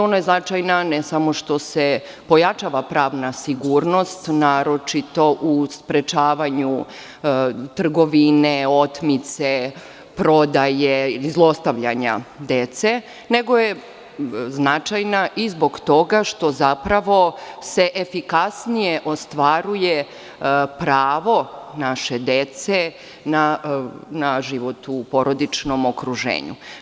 Ona je značajna ne samo zbog toga što se pojačava pravna sigurnost, naročito u sprečavanju trgovine, otmice, prodaje ili zlostavljanja dece, nego je značajna i zbog toga što se zapravo efikasnije ostvaruje pravo naše dece na život u porodičnom okruženju.